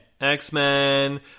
X-Men